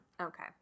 Okay